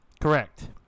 Correct